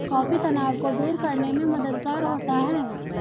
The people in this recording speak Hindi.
कॉफी तनाव को दूर करने में मददगार होता है